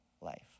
life